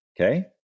Okay